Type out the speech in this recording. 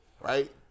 Right